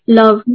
love